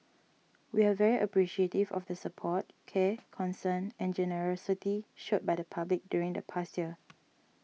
we are very appreciative of the support care concern and generosity shown by the public during the past year